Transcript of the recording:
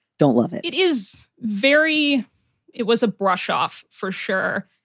don't love it it is very it was a brush off for sure,